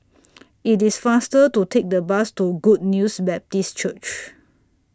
IT IS faster to Take The Bus to Good News Baptist Church